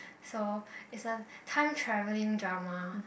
so it's a time travelling drama